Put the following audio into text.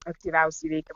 aktyviausiai veikia